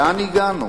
לאן הגענו?